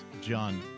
John